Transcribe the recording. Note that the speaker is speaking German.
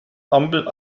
ampel